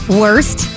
worst